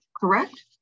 correct